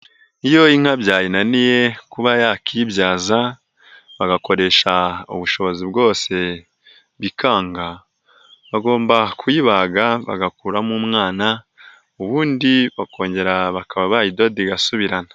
Iyo inka byayinaniye kuba yakibyaza, bagakoresha ubushobozi bwose bikanga, bagomba kuyibaga bagakuramo umwana, ubundi bakongera bakaba bayidoda igasubirana.